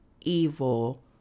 evil